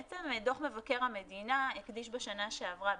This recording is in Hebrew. בעצם דוח מבקר המדינה הקדיש בשנה שעברה,